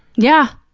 yeah.